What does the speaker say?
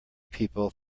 people